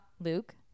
Luke